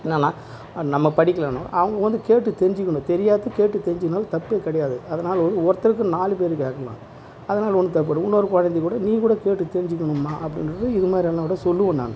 ஏன்னால் நம்ம படிக்கலைன்னா அவங்க வந்து கேட்டு தெரிஞ்சுக்கணும் தெரியாத்த கேட்டு தெரிஞ்சுக்கணும் தப்பே கிடையாது அதனால் ஒருத்தருக்கு நாலு பேர் கேட்கலாம் அதனால் ஒன்றும் தப்பு கிடையாது இன்னொரு குழந்தை கூட நீ கூட கேட்டு தெரிஞ்சுக்கணும்மா அப்படின்றது இது மாதிரியான கூட சொல்லுவோம் நாங்கள்